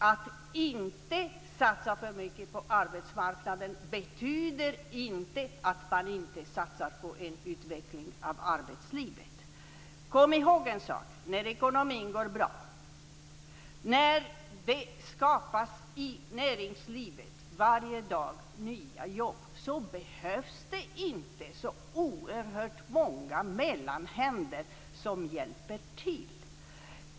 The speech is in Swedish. Att inte satsa för mycket på arbetsmarknaden betyder inte att man inte satsar på en utveckling av arbetslivet. Kom ihåg en sak. När ekonomin går bra, när det i näringslivet varje dag skapas nya jobb behövs det inte så oerhört många mellanhänder som hjälper till.